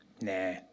Nah